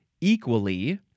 equally